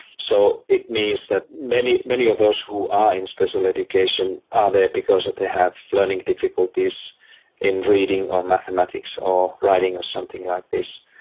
so it means that many many of those who are in special education are there because they have learning difficulties in reading or mathematics or writing or something like this,